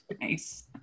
Nice